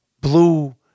blue